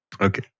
Okay